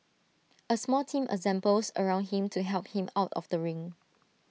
A small team assembles around him to help him out of the ring